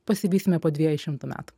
pasivysime po dviejų šimtų metų